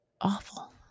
awful